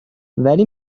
ولی